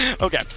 Okay